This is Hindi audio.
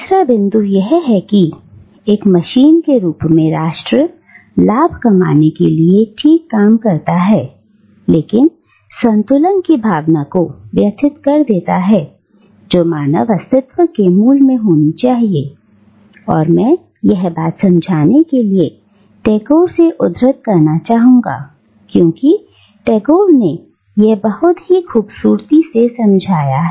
तीसरा बिंदु यह है कि एक मशीन के रूप में राष्ट्र लाभ कमाने के लिए ठीक काम करता है लेकिन संतुलन की भावना को व्यथित कर देता है जो मानव अस्तित्व के मूल में होनी चाहिए और मैं यह बात समझाने के लिए टैगोर से उद्धृत करना चाहूंगा क्योंकि टैगोर ने यह बहुत खूबसूरती से समझाया है